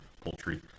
poultry